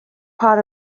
part